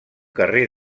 carrer